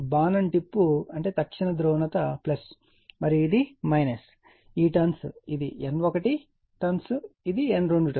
బాణం టిప్ అంటే తక్షణ ధ్రువణత మరియు ఇది ఈ టర్న్స్ ఇది N1 టర్న్స్ N2 టర్న్స్